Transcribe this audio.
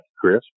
Chris